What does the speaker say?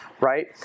right